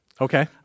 Okay